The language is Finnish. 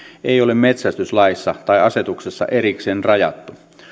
ei ole metsästyslaissa tai asetuksessa erikseen rajattu